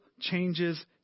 changes